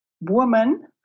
woman